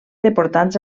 deportats